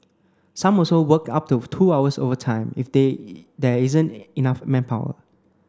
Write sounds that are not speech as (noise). some also work up to two hours overtime if (unintelligible) there isn't enough manpower